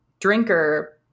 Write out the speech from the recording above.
drinker